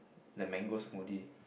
the mango smoothie